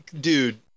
dude